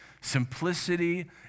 simplicity